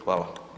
Hvala.